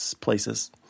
places